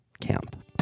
camp